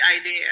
idea